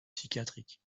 psychiatriques